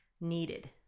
needed